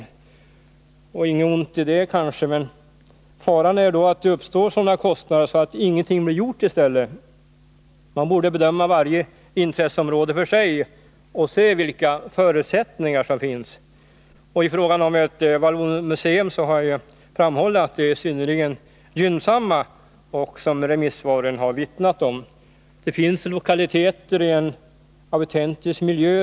Det är kanske inget ont i det, men faran är att det uppstår sådana kostnader att ingenting blir gjort. Man borde bedöma varje intresseområde för sig och se vilka förutsättningar som finns. I frågan om ett vallonmuseum har jag framhållit 5 och även remissvaren har vittnat om det — att förutsättningarna är synnerligen gynnsamma. Det finns lokaliteter i en autentisk miljö.